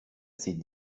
ses